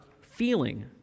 feeling